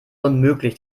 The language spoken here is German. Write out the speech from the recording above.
unmöglich